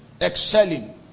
Excelling